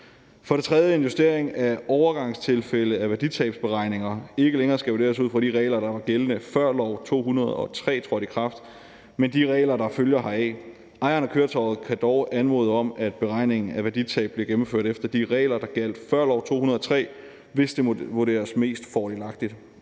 For det tredje foreslås en justering af en overgangsbestemmelse, sådan at værditabsberegninger ikke længere skal vurderes ud fra de regler, der var gældende, før lov nr. 203 trådte i kraft, men ud fra de regler, der følger heraf. Ejeren af køretøjet kan dog anmode om, at beregningen af værditab bliver gennemført efter de regler, der gjaldt før lov nr. 203, hvis det vurderes mest fordelagtigt.